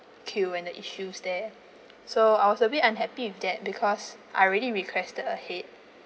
queue and the issues there so I was a bit unhappy with that because I already requested ahead